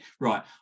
right